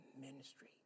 ministry